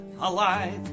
alive